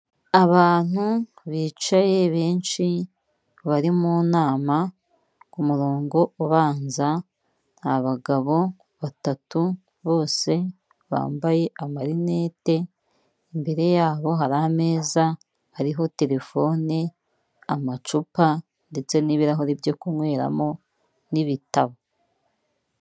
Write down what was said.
Abantu bicaye benshi bari mu nama ku murongo ubanza ni bagabo batatu bose bambaye amarinete, imbere yabo hari ameza hariho telefoni, amacupa, ndetse n'ibirahure byo kunyweramo n'ibitabo.